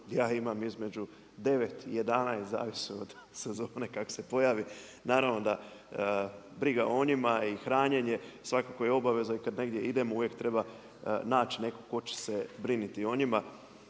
ja imam između 9 i 11, zavisi od sezone kako se pojavi, naravno da briga o njima i hranjenje svakako je obaveza i kada negdje idemo uvijek treba naći nekog tko će se brinuti o njima.